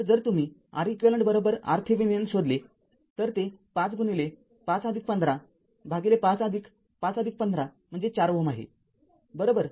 तरजर तुम्ही Req R थेविनिन शोधले तर ते ५५१५५५१५ म्हणजे ४Ω आहे बरोबर